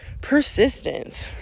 persistence